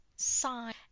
sign